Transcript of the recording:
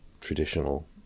traditional